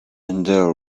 under